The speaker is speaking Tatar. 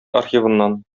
архивыннан